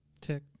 tick